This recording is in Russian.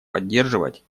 поддерживать